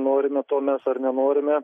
norime to mes ar nenorime